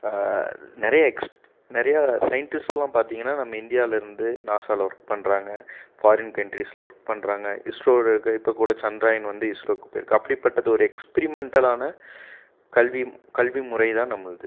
நிறைய எக்ஸ் நிறையா சயின்டிஸ்ட்லாம் பார்த்தீங்கன்னா நம்ம இந்தியாலேருந்து நாசாவில் ஒர்க் பண்ணுறாங்க ஃபாரின் கண்ட்ரிஸில் ஒர்க் பண்ணுறாங்க இஸ்ரோருக்கு இப்போக்கூட சந்திராயன் வந்து இஸ்ரோக்கு போயிருக்குது அப்படிப்பட்டது ஒரு எக்ஸ்பிரிமெண்ட்டலான கல்வி கல்வி முறைதான் நம்மளுது